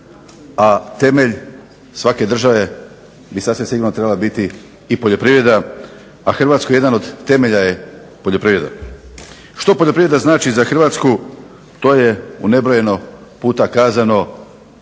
a temelj svake države je sasvim sigurno trebala biti i poljoprivreda, a Hrvatskoj jedan od temelja je poljoprivreda. Što poljoprivreda znači za Hrvatsku? To je u nebrojeno puta kazano